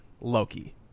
Loki